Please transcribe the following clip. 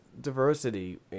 diversity